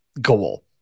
goal